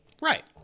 Right